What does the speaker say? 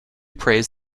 praise